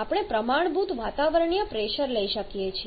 આપણે પ્રમાણભૂત વાતાવરણીય પ્રેશર લઈ શકીએ છીએ